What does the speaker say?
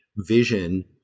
vision